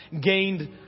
gained